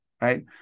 right